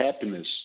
happiness